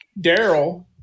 Daryl